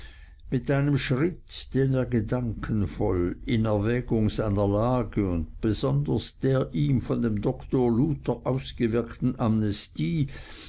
mit einem schritt den er gedankenvoll in erwägung seiner lage und besonders der ihm von dem doktor luther ausgewirkten amnestie